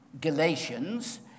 Galatians